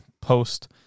post